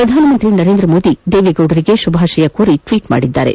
ಪ್ರಧಾನಮಂತ್ರಿ ನರೇಂದ್ರ ಮೋದಿ ದೇವೇಗೌಡರಿಗೆ ಶುಭಾಶಯ ಕೋರಿ ಟ್ವೀಟ್ ಮಾಡಿದ್ದಾರೆ